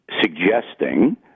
suggesting